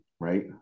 right